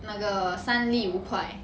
那个三粒五块